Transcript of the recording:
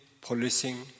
policing